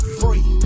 free